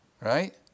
Right